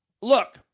Look